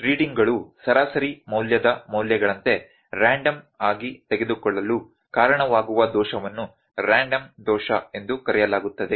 ಆದ್ದರಿಂದ ರೀಡಿಂಗ್ ಗಳು ಸರಾಸರಿ ಮೌಲ್ಯದ ಮೌಲ್ಯಗಳಂತೆ ರ್ಯಾಂಡಮ್ ಆಗಿ ತೆಗೆದುಕೊಳ್ಳಲು ಕಾರಣವಾಗುವ ದೋಷವನ್ನು ರ್ಯಾಂಡಮ್ ದೋಷ ಎಂದು ಕರೆಯಲಾಗುತ್ತದೆ